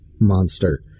monster